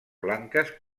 blanques